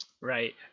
Right